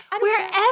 wherever